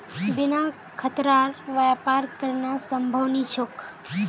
बिना खतरार व्यापार करना संभव नी छोक